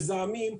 מזהמים,